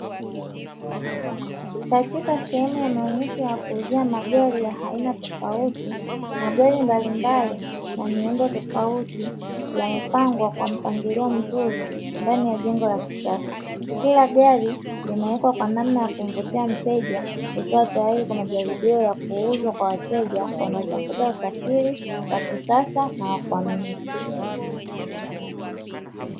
Katika sehemu ya maonyesho ya kuuzia magari ya aina tofauti magari mbalimbali na miundo tofauti yamepangwa kwa mpangilio mzuri ndani ya jengo la kisasa kila gari limewekwa kwa namna ya kumvutia mteja, ikiwa tayari kwa majaribio ya kuuzwa kwa wateja wanaotafuta usafiri wa kisasa na wakuaminika.